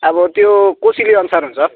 आबो त्यो कोसेली अनुसार हुन्छ